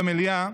במליאה.